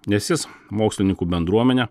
nes jis mokslininkų bendruomenę